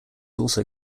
also